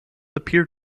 appeared